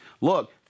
look